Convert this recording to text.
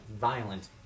violent